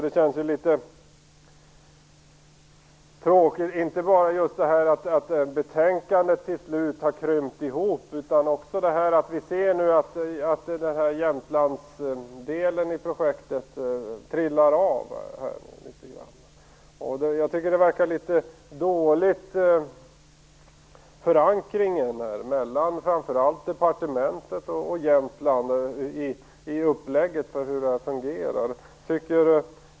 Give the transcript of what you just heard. Det känns litet tråkigt att man nu kan se hur inte bara betänkandet till slut har krympt utan också hur Jämtlandsdelen trillar av projektet. Jag tycker att förankringen mellan framför allt departementet och Jämtland verkar litet dålig när det gäller hur man har lagt upp detta och hur det fungerar.